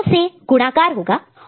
2 से गुणाका multiply multiply होगा